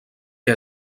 que